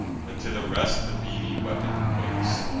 that to the rest the beamy weapon quakes.